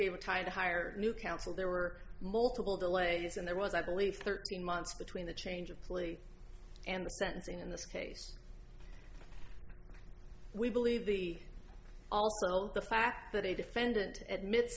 gave a tight hired new counsel there were multiple delays and there was i believe thirteen months between the change of plea and the sentencing in this case we believe the also the fact that a defendant admit